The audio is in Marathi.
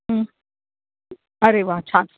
हं अरे वा छान